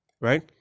right